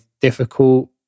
difficult